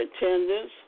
attendance